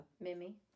Mimi